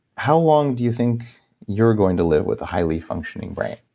how long do you think you're going to live with a highly functioning brain?